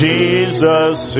Jesus